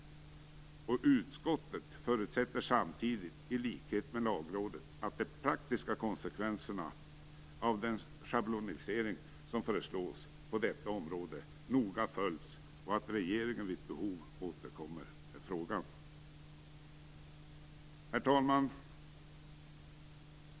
Utskottet förutsätter samtidigt i likhet med Lagrådet att de praktiska konsekvenserna av den schablonisering som föreslås på detta område noga följs och att regeringen vid behov återkommer i frågan. Herr talman!